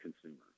consumer